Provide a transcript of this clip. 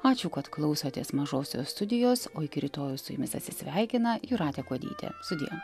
ačiū kad klausotės mažosios studijos o iki rytojaus su jumis atsisveikina jūratė kuodytė sudie